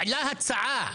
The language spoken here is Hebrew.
העלה הצעה,